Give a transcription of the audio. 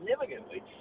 significantly